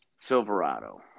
Silverado